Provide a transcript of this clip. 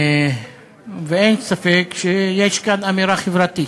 ואין ספק שיש כאן אמירה חברתית,